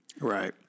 Right